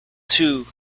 too